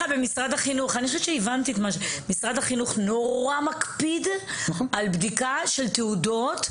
משרד החינוך נורא מקפיד על בדיקה של תעודות,